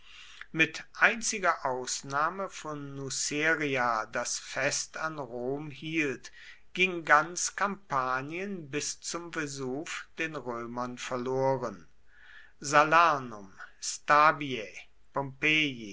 mit einziger ausnahme von nuceria das fest an rom hielt ging ganz kampanien bis zum vesuv den römern verloren salernum stabiae